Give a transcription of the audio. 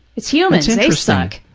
it's humans, they suck.